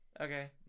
Okay